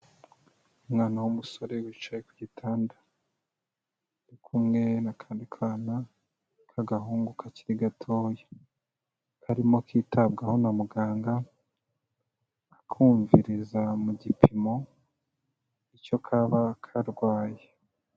Umwana w'umusore wicaye ku gitanda, ari kumwe n'akandi kana k'agahungu kakiri gatoya, karimo kitabwaho na muganga akumviriza mu gipimo icyo kaba karwaye.